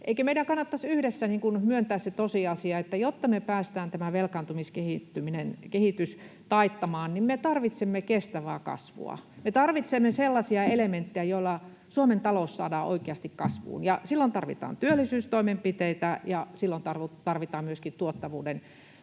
Eikö meidän kannattaisi yhdessä myöntää se tosiasia, että jotta me päästään tämä velkaantumiskehitys taittamaan, me tarvitsemme kestävää kasvua? Me tarvitsemme sellaisia elementtejä, joilla Suomen talous saadaan oikeasti kasvuun, ja silloin tarvitaan työllisyystoimenpiteitä ja silloin tarvitaan myöskin tuottavuuden kasvua.